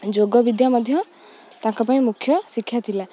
ଯୋଗ ବିଦ୍ୟା ମଧ୍ୟ ତାଙ୍କ ପାଇଁ ମୁଖ୍ୟ ଶିକ୍ଷା ଥିଲା